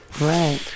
right